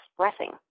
expressing